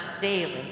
daily